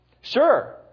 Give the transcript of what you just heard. Sure